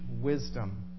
wisdom